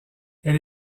elle